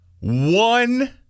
one